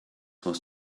was